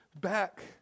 back